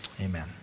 Amen